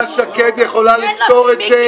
--- השרה שקד יכולה לפתור את זה,